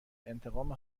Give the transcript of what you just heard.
انتقام